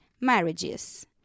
marriages